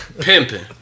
Pimping